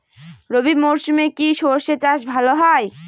রবি মরশুমে কি সর্ষে চাষ ভালো হয়?